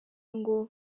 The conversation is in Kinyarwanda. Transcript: ngo